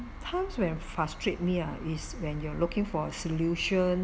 times when frustrate me ah is when you're looking for a solution